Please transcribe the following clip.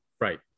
Right